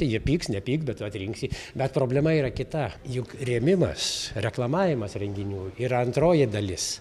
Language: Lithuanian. jie pyks nepyk bet atrinksi bet problema yra kita juk rėmimas reklamavimas renginių yra antroji dalis